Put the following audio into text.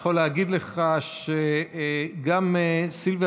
אני יכול להגיד לך שגם סילביה